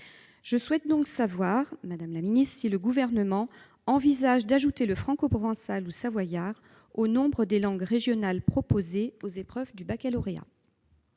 Je souhaite donc savoir, madame la secrétaire d'État, si le Gouvernement envisage d'ajouter le francoprovençal, ou savoyard, au nombre des langues régionales proposées aux épreuves du baccalauréat.